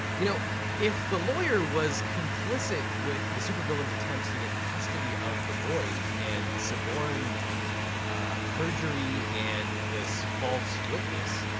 you know if the lawyer was complicit with the super villain's attempts to get custody of the boys and suborned perjury and this false witness,